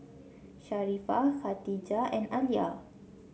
Sharifah Khatijah and Alya